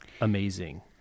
amazing